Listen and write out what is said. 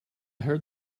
heard